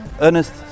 Ernest